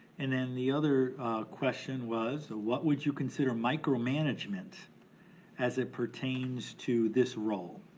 and then the other question was what would you consider micromanagement as it pertains to this role?